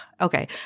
okay